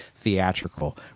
theatrical